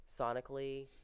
Sonically